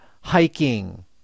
hiking